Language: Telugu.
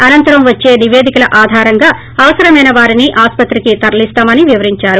అనంతరం వచ్చే నిపేదికల ఆధారంగా అవసరమైన వారిని ఆస్సత్రికి తరలిస్తామని వివరించారు